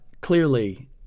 clearly